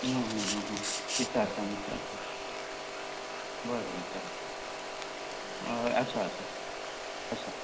आं हां हां विचारता विचारता बरें विचारता हय आसा आसा आसा